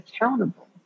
accountable